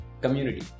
community